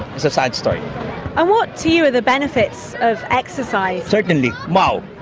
it's a sad story. and what to you are the benefits of exercise? certainly wow!